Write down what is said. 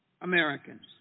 Americans